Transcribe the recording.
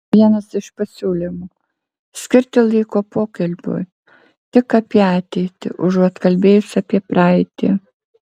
vienas iš pasiūlymų skirti laiko pokalbiui tik apie ateitį užuot kalbėjus apie praeitį